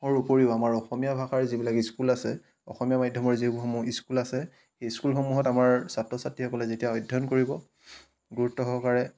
হৰ উপৰিও আমাৰ অসমীয়া ভাষাৰ যিবিলাক স্কুল আছে অসমীয়া মাধ্যমৰ যিবোৰ স্কুল আছে সেই স্কুলসমূহত আমাৰ ছাত্ৰ ছাত্ৰীসকলে যেতিয়া অধ্যয়ন কৰিব গুৰুত্ব সহকাৰে